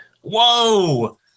Whoa